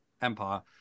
empire